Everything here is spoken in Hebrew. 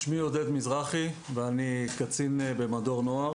אני קצין במדור נוער.